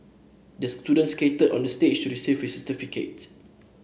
the student skated onto the stage to receive his certificate